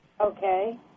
Okay